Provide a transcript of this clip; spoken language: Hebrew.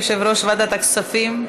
יושב-ראש ועדת הכספים.